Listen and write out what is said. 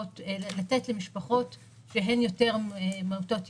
לתת למשפחות שהן יותר מעוטות יכולת,